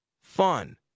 fun